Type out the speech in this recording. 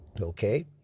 okay